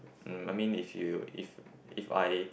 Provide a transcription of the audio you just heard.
mm I mean if you if if I